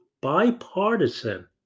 bipartisan